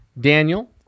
Daniel